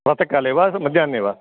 प्रातःकाले वा मध्याह्ने वा